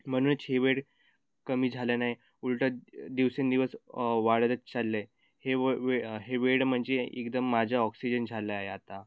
म्हणूनच हे वेड कमी झालं नाही उलटा दिवसेंदिवस वाढत चाललं आहे हे व वेळ हे वेड म्हणजे एकदम माझं ऑक्सिजन झालं आहे आता